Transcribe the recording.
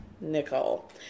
Nicole